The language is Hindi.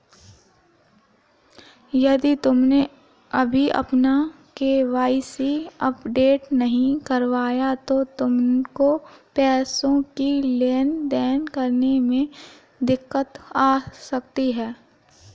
यदि तुमने अभी अपना के.वाई.सी अपडेट नहीं करवाया तो तुमको पैसों की लेन देन करने में दिक्कत आ सकती है